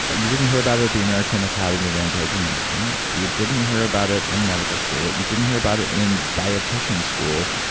you didn't hear about it at the american academy of anti-aging medicine. you didn't hear about it in medical school. you didn't hear about it in dietician school.